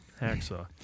hacksaw